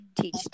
teach